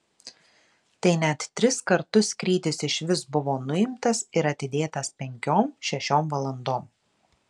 tai net tris kartus skrydis iš vis buvo nuimtas ir atidėtas penkiom šešiom valandom